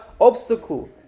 obstacle